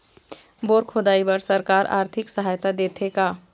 Bore खोदाई बर सरकार आरथिक सहायता देथे का?